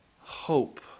hope